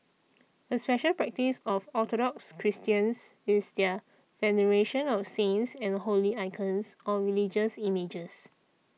a special practice of Orthodox Christians is their veneration of saints and holy icons on religious images